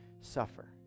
suffer